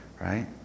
right